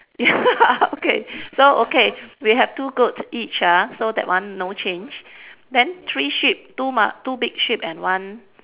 ya okay so okay we have two goat each ah so that one no change then three sheep two ma~ two big sheep and one